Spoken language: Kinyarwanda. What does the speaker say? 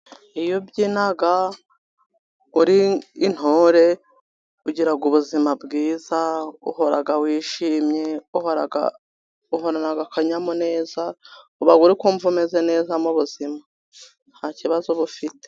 Iyo ubyina uri intore, ugira ubuzima bwiza, uhora wishimye, uhorana akanyamuneza, uhora urikumva umeze neza mubu buzima, ntakibazo uba ufite.